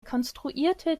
konstruierte